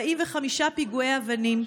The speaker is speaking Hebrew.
45 פיגועי אבנים,